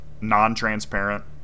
non-transparent